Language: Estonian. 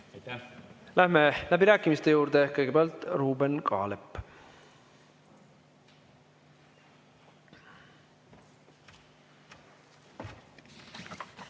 Läheme läbirääkimiste juurde. Kõigepealt Ruuben Kaalep.